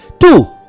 two